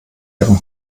ihrem